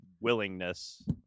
Willingness